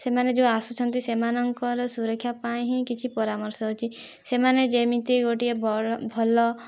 ସେମାନେ ଯେଉଁ ଆସୁଛନ୍ତି ସେମାନଙ୍କର ସୁରକ୍ଷା ପାଇଁ ହିଁ କିଛି ପରାମର୍ଶ ଅଛି ସେମାନେ ଯେମିତି ଗୋଟିଏ ଭଲ